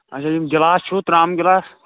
اَچھا یِم گِلاس چھُو ترٛامہٕ گِلاس